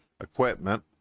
equipment